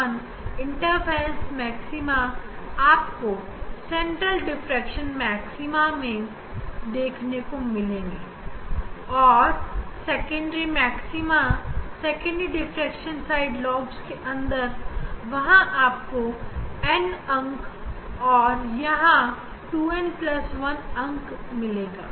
2n1 interference maxima आपको दिखेगा central diffraction maxima और secondary maxima secondary diffraction side lobes के अंदर वहां आपको दिखेगा n अंक और यहां 2n1 अंक देखेगा